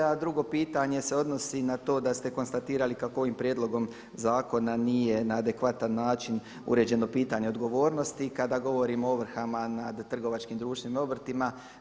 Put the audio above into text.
A drugo pitanje se odnosi na to da ste konstatirali kako ovim prijedlogom zakona nije na adekvatan način uređeno pitanje odgovornosti kada govorimo o ovrhama nad trgovačkim društvima i obrtima.